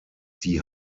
die